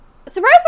Surprisingly